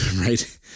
right